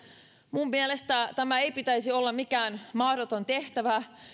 minun mielestäni tämän ei pitäisi olla mikään mahdoton tehtävä